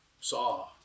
saw